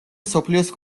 მსოფლიოს